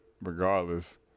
regardless